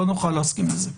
לא נוכל להסכים לזה.